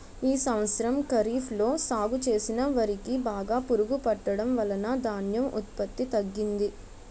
ఈ సంవత్సరం ఖరీఫ్ లో సాగు చేసిన వరి కి బాగా పురుగు పట్టడం వలన ధాన్యం ఉత్పత్తి తగ్గింది